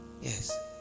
Yes